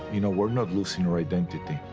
you know, we're not losing our identity,